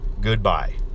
goodbye